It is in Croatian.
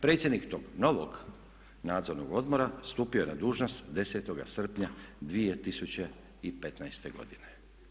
Predsjednik tog novog nadzornog odbora stupio je na dužnost 10. srpnja 2015. godine.